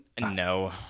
no